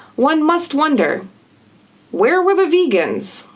one must wonder where were the vegans?